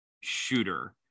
shooter